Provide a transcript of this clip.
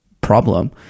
problem